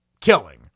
killing